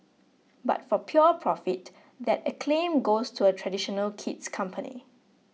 but for pure profit that acclaim goes to a traditional kid's company